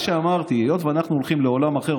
היות שאנחנו הולכים לעולם אחר,